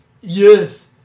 Yes